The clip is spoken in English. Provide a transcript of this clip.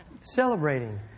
Celebrating